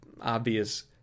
obvious